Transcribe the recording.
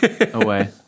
away